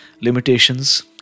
limitations